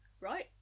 Right